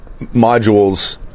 modules